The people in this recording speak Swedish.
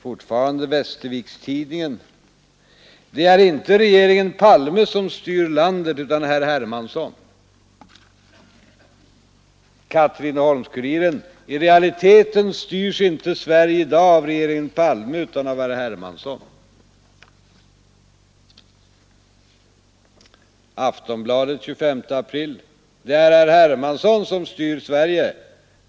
Fortfarande i Västerviks-Tidningen: Det är inte regeringen Palme som styr landet utan herr Hermansson. Katrineholms-Kuriren: I realiteten styrs inte Sverige i dag av regeringen Palme utan av herr Hermansson. I Aftonbladet den 25 april: Det är herr Hermansson som styr Sverige.